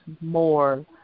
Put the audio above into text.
more